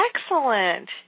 Excellent